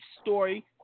Story